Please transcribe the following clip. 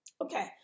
Okay